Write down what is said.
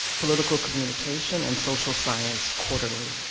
political communication, and social science quarterly.